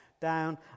down